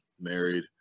married